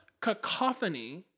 cacophony